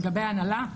לגבי ההנהלה?